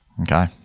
Okay